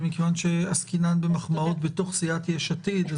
מכיוון שעסקינן במחמאות בתוך סיעת יש עתיד,